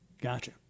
Gotcha